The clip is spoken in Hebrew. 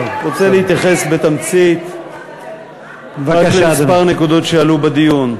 אני רוצה להתייחס בתמצית לכמה נקודות שעלו בדיון.